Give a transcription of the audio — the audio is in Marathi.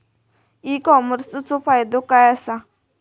ई कॉमर्सचो फायदो काय असा?